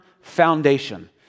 foundation